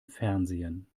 fernsehen